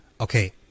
Okay